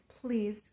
please